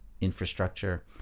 infrastructure